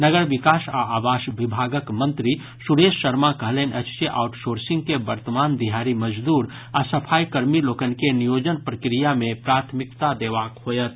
नगर विकास आ आवास विभागक मंत्री सुरेश शर्मा कहलनि अछि जे आउटसोर्सिंग के वर्तमान दिहाड़ी मजदूर आ सफाईकर्मी लोकनि के नियोजन प्रक्रिया मे प्राथमिकता देबाक होयत